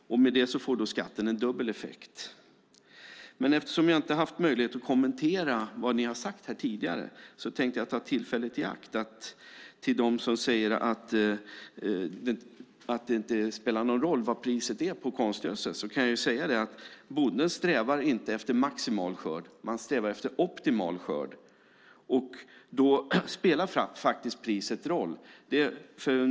Med det får skatten en dubbel effekt. Jag har inte haft möjlighet att kommentera vad ni har sagt här tidigare. Därför tänkte jag ta tillfället i akt och säga till dem som säger att det inte spelar någon roll vad priset är på konstgödsel, att bonden strävar inte efter maximal skörd utan man strävar efter optimal skörd. Då spelar faktiskt priset roll.